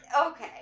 Okay